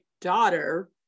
daughter